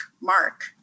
Mark